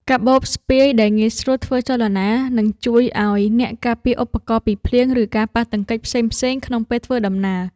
កាបូបស្ពាយដែលងាយស្រួលធ្វើចលនា នឹងជួយឱ្យអ្នកការពារឧបករណ៍ពីភ្លៀង ឬការប៉ះទង្គិចផ្សេងៗក្នុងពេលធ្វើដំណើរ។